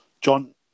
John